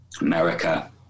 America